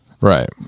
right